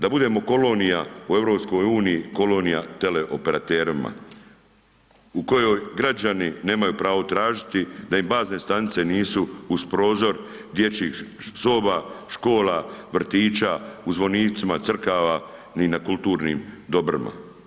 Da budemo kolonija u EU, kolonija teleoperaterima u kojoj građani nemaju pravo tražiti da im bazne stanice nisu uz prozor dječjih soba, škola vrtića, u zvonicima crkava ni na kulturnim dobrima.